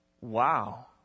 Wow